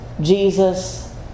Jesus